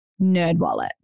Nerdwallet